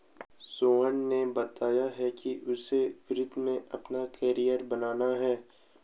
सोहन ने बताया कि उसे वित्त में अपना कैरियर बनाना है